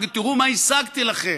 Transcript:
להגיד: תיראו מה השגתי לכם.